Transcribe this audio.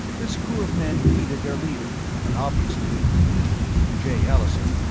this crew of men needed their leader, and obviously he, jay allison,